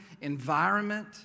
environment